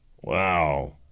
Wow